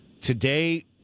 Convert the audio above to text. today